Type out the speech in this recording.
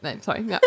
sorry